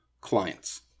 clients